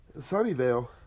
Sunnyvale